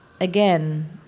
again